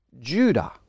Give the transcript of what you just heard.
Judah